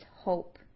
hope